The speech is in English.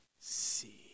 see